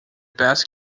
best